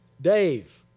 Dave